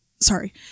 Sorry